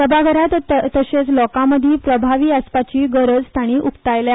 सभाघरांत तशेंच लोकां मदीं प्रभावी आसपाची गरज तांणी उक्तायली